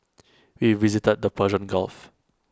we visited the Persian gulf